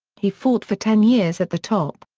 he fought for ten years at the top.